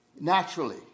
naturally